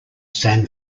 san